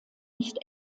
nicht